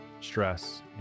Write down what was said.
stress